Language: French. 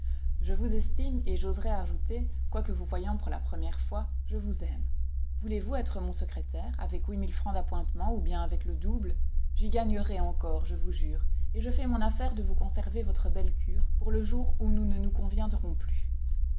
je vous estime et j'oserais ajouter quoique vous voyant pour la première fois je vous aime voulez-vous être mon secrétaire avec huit mille francs d'appointements ou bien avec le double j'y gagnerai encore je vous jure et je fais mon affaire de vous conserver votre belle cure pour le jour où nous ne nous conviendrons plus